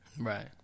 Right